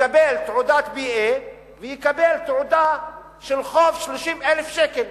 יקבל תעודת BA ויקבל תעודה של חוב של 30,000 שקלים.